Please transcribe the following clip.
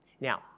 Now